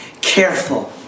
careful